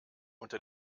unter